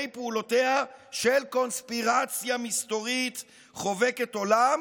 פעולותיה של קונספירציה מסתורית חובקת עולם,